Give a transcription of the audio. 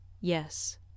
Yes